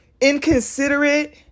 inconsiderate